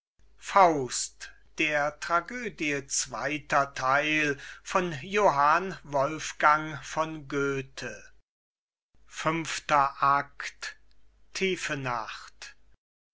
faust der tragödie erster teil johann wolfgang von